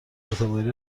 اعتباری